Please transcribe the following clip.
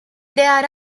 there